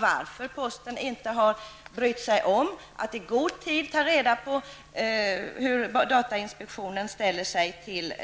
Varför har inte posten brytt sig om att i god tid ta reda på hur datainspektionen ställer sig till